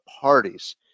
parties